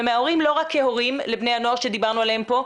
ומההורים לא רק כהורים לבני הנוער שדיברנו עליהם פה,